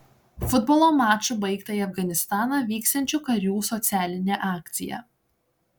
futbolo maču baigta į afganistaną vyksiančių karių socialinė akcija